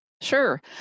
Sure